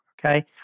Okay